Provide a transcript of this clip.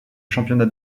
championnats